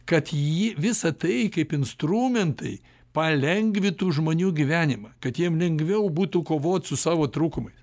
kad ji visa tai kaip instrumentai palengvintų žmonių gyvenimą kad jiem lengviau būtų kovot su savo trūkumais